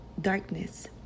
darkness